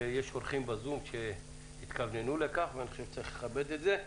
יש אורחים בזום שהתכווננו לכך ואני חושב שצריך לכבד את זה.